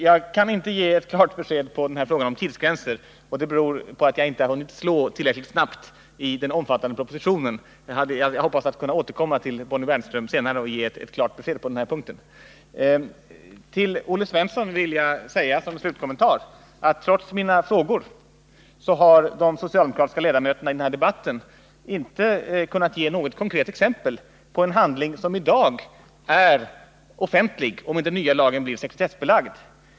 Jag kan inte ge klara besked på frågan om tidsgränser, och det beror på att jag inte har hunnit slå tillräckligt snabbt i den omfattande propositionen. Jag hoppas kunna återkomma till Bonnie Bernström senare och ge ett klart besked på den här punkten. Till Olle Svensson vill jag säga som slutkommentar, att trots mina frågor har de socialdemokratiska ledamöterna i den här debatten inte kunnat ge något konkret exempel på en handling som i dag är offentlig och med den nya lagen blir sekretessbelagd.